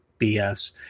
BS